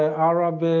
arab